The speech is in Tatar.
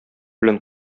белән